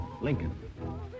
Lincoln